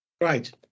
Right